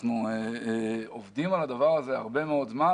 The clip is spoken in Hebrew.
אנחנו עובדים על הדבר הזה הרבה מאוד זמן.